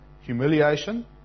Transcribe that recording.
humiliation